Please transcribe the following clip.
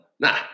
Nah